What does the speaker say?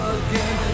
again